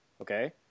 okay